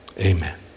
Amen